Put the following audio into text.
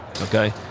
Okay